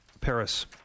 Paris